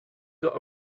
got